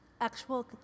actual